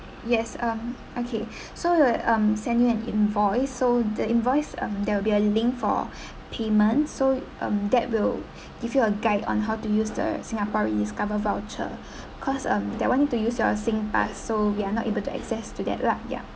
yes um okay so we'll um send you an invoice so the invoice um there will be a link for payment so um that will give you a guide on how to use the singapore rediscover voucher cause um that one to use your singpass so we are not able to access to that lah ya